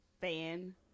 fan